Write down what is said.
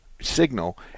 signal